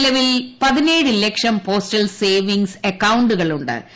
നിലവിൽ പതിനേഴ് ലക്ഷം പോസ്റ്റൽ സേവിംഗ് അക്കൌ ുകളു ്